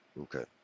okay